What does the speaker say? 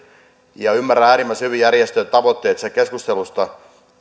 ymmärrän äärimmäisen hyvin järjestöjen tavoitteet siitä keskustelusta